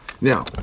Now